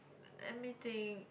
let me think